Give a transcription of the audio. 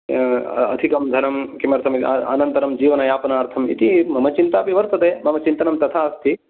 अधिकं धनं किमर्थं अनन्तरं जीवनयापनार्थम् इति ममापि वर्तते मम चिन्तनं तथा अस्ति